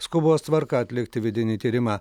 skubos tvarka atlikti vidinį tyrimą